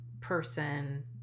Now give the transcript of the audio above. person